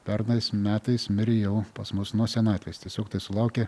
pernais metais mirė jau pas mus nuo senatvės tiesiog tai sulaukė